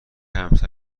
همسر